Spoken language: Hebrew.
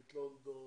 לונדון,